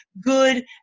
good